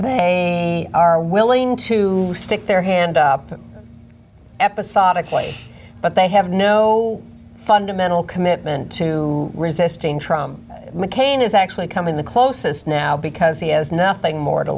they are willing to stick their hand up episodic play but they have no fundamental commitment to resisting trum mccain is actually coming the closest now because he has nothing more to